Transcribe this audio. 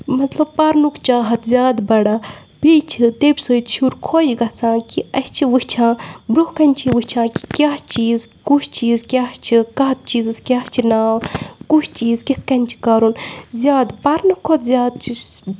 مطلب پرنُک چاہت زیادٕ بَڑان بیٚیہِ چھِ تمہِ سۭتۍ شُر خۄش گژھان کہِ اَسہِ چھِ وٕچھان بروںٛہہ کَنہِ چھِ وٕچھان کہِ کیٛاہ چیٖز کُس چیٖز کیٛاہ چھِ کَتھ چیٖزَس کیٛاہ چھِ ناو کُس چیٖز کِتھ کٔنۍ چھِ کَرُن زیادٕ پرنہٕ کھۄتہٕ زیادٕ چھِ